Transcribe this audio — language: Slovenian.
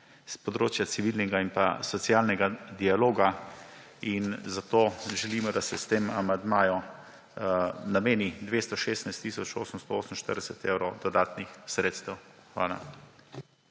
s področja civilnega in pa socialnega dialoga. Zato želimo, da se s tem amandmajem nameni 216 tisoč 848 evrov dodatnih sredstev. Hvala.